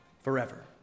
forever